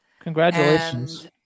Congratulations